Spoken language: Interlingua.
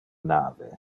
nave